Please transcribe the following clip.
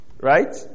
right